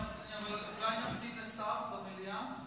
אולי נמתין לשר במליאה?